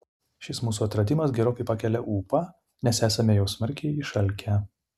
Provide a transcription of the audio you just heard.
šis mūsų atradimas gerokai pakelia ūpą nes esame jau smarkiai išalkę